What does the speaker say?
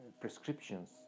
Prescriptions